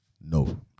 No